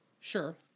Sure